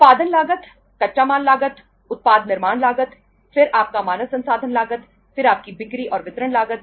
उत्पादन लागत कच्चा माल लागत उत्पाद निर्माण लागत फिर आपका मानव संसाधन लागत फिर आपकी बिक्री और वितरण लागत